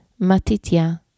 Matitya